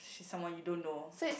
she's someone you don't know